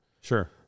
Sure